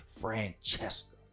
Francesca